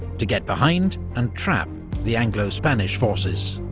to get behind and trap the anglo-spanish forces.